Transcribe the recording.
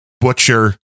butcher